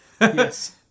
Yes